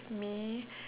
me